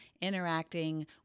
interacting